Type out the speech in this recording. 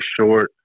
short